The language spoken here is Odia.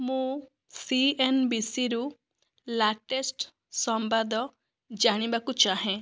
ମୁଁ ସିଏନ୍ବିସିରୁ ଲାଟେଷ୍ଟ ସମ୍ବାଦ ଜାଣିବାକୁ ଚାହେଁ